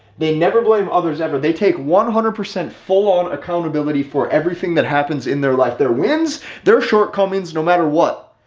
they never blame others ever. they take one hundred percent full on accountability for everything that happens in their life, their wins their shortcomings, no matter what.